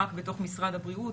רק בתוך משרד הבריאות,